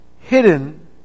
hidden